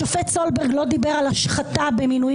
השופט סולברג לא דיבר על השחתה במינויים